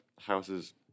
houses